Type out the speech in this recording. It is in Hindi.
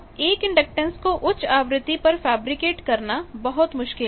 अब एक इंडक्टेंस को उच्च आवृत्ति पर फैब्रिकेट करना बहुत मुश्किल है